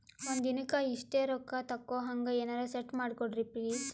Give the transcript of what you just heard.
ಒಂದಿನಕ್ಕ ಇಷ್ಟೇ ರೊಕ್ಕ ತಕ್ಕೊಹಂಗ ಎನೆರೆ ಸೆಟ್ ಮಾಡಕೋಡ್ರಿ ಪ್ಲೀಜ್?